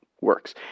works